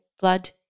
blood